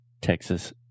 Texas